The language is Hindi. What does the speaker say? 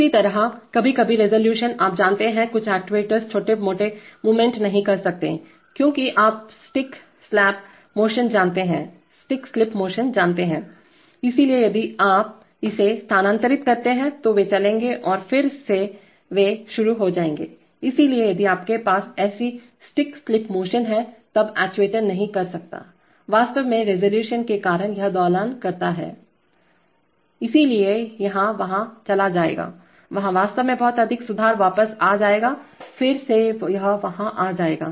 इसी तरह कभी कभी रेसोलुशनआप जानते हैंकुछ एक्ट्यूएटर्स छोटे मोटे मूवमेंट नहीं कर सकते हैं क्योंकि आप स्टिक स्लिप मोशन जानते हैं इसलिए यदि आप इसे स्थानांतरित करते हैं तो वे चलेंगे और फिर वे फिर से शुरू हो जाएंगे इसलिए यदि आपके पास ऐसी स्टिक स्लिप मोशन है तब एक्ट्यूएटर नहीं कर सकता है वास्तव में रिज़ॉल्यूशन के कारण यह दोलन करता रहता है इसलिए यह वहां चला जाएगा वहां वास्तव में बहुत अधिक सुधार वापस आ जाएगा फिर से यह वहां आ जाएगा